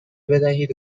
بدهید